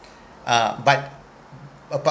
uh but apart